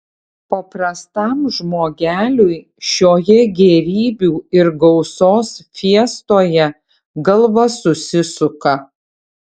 paprastam žmogeliui šioje gėrybių ir gausos fiestoje galva susisuka